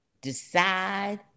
decide